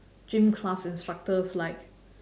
gym class instructors like